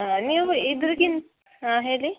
ಹಾಂ ನೀವು ಇದಕ್ಕಿಂತ ಹಾಂ ಹೇಳಿ